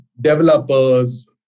developers